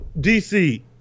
DC